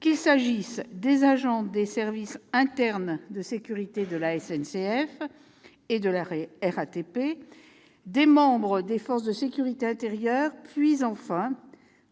qu'il s'agisse des agents des services internes de sécurité de la SNCF et de la RATP, des membres des forces de sécurité intérieure, puis, enfin,